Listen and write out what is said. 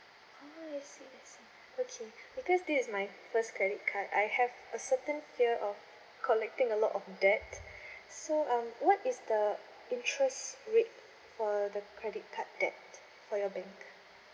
oh I see I see okay because this is my first credit card I have a certain fear of collecting a lot of debt so um what is the interest rate for the credit card debt for your bank